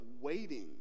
waiting